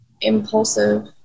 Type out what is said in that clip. impulsive